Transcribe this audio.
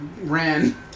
ran